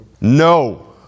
No